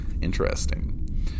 interesting